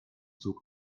zog